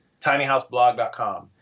tinyhouseblog.com